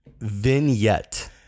vignette